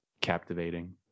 captivating